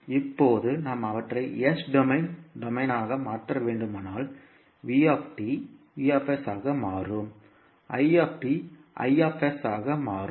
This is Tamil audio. இப்போது நாம் அவற்றை S டொமைன் டொமைனாக மாற்ற வேண்டுமானால் v V ஆக மாறும் I ஆக மாறும்